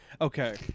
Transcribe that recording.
Okay